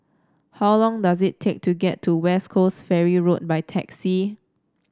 how long does it take to get to West Coast Ferry Road by taxi